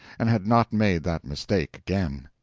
and had not made that mistake again.